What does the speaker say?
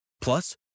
plus